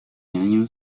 año